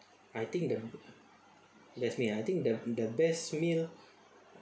I think the that's me lah I think the the best meal